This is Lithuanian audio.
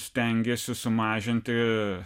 stengėsi sumažinti